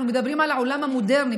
אנחנו מדברים על העולם המודרני.